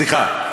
סליחה,